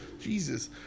Jesus